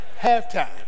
halftime